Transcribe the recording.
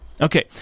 Okay